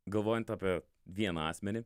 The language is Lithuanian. galvojant apie vieną asmenį